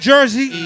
Jersey